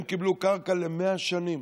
הם קיבלו קרקע ל-100 שנים.